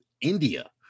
India